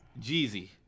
Jeezy